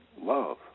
love